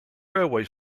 railway